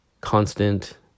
constant